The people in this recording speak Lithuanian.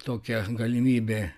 tokia galimybė